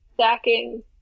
stacking